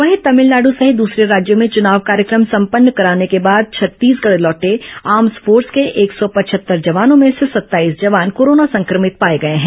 वहीं तमिलनाडु सहित दूसरे राज्यों में चुनाव कार्यक्रम संपन्न कराने के बाद छत्तीसगढ़ लौटे आर्म्स फोर्स के एक सौ पचहत्तर जवानों में से सत्ताईस ँ जवान कोरोना संक्रमित पाए गए हैं